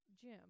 Jim